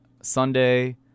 Sunday